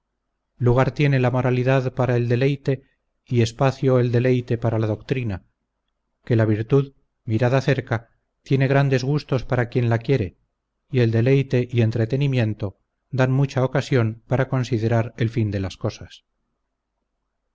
lugar tiene la moralidad para el deleite y espacio el deleite para la doctrina que la virtud mirada cerca tiene grandes gustos para quien la quiere y el deleite y entretenimiento dan mucha ocasión para considerar el fin de las cosas